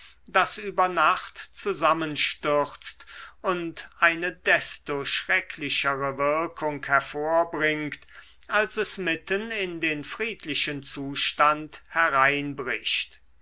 das über nacht zusammenstürzt und eine desto schrecklichere wirkung hervorbringt als es mitten in den friedlichen zustand hereinbricht